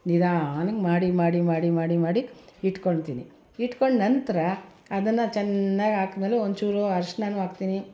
ನಿಧಾನಕ್ಕೆ ಮಾಡಿ ಮಾಡಿ ಮಾಡಿ ಮಾಡಿ ಇಟ್ಕೊಳ್ತೀನಿ ಇಟ್ಕೊಂಡು ನಂತರ ಅದನ್ನು ಚೆನ್ನಾಗಿ ಹಾಕಿದ್ಮೇಲೆ ಒಂಚೂರು ಅರಶಿಣನೂ ಹಾಕ್ತೀನಿ